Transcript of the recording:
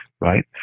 right